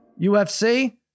UFC